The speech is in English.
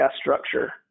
structure